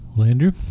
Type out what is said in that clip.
Andrew